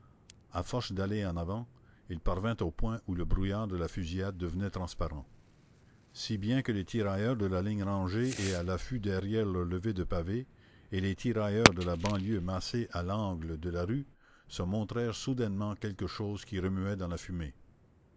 à force d'aller en avant il parvint au point où le brouillard de la fusillade devenait transparent si bien que les tirailleurs de la ligne rangés et à l'affût derrière leur levée de pavés et les tirailleurs de la banlieue massés à l'angle de la rue se montrèrent soudainement quelque chose qui remuait dans la fumée